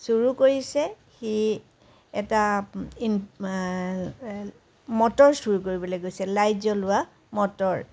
চোৰ কৰিছে সি এটা মটৰ চোৰ কৰিবলৈ গৈছে লাইট জ্বলোৱা মটৰ